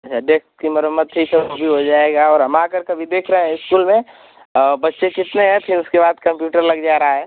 अच्छा डेस्क की मरम्मत ठीक है वह भी हो जाएगा और हम आकर के अभी देख रहे हैं इस्कूल में बच्चे कितने हैं फिर उसके बाद कंप्यूटर लग जा रहा है